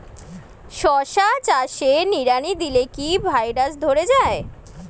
শশা চাষে নিড়ানি দিলে কি ভাইরাস ধরে যায়?